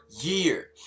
year